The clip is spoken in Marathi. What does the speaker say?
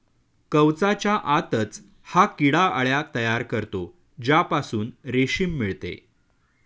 कवचाच्या आतच हा किडा अळ्या तयार करतो ज्यापासून रेशीम मिळते